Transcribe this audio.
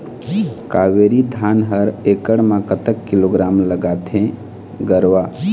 कावेरी धान हर एकड़ म कतक किलोग्राम लगाथें गरवा?